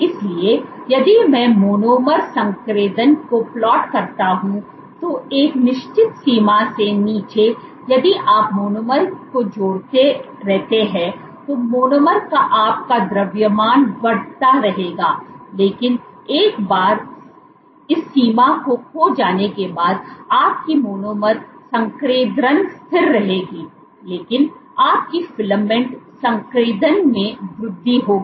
इसलिए यदि मैं मोनोमर संकेंद्रण को प्लांट करता हूं तो एक निश्चित सीमा से नीचे यदि आप मोनोमर को जोड़ते रहते हैं तो मोनोमर का आपका द्रव्यमान बढ़ता रहेगा लेकिन एक बार इस सीमा को खो जाने के बाद आपकी मोनोमर संकेंद्रण स्थिर रहेगी लेकिन आपकी फिलामेंट संकेंद्रण में वृद्धि होगी